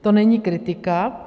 To není kritika.